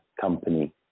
company